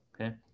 Okay